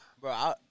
Bro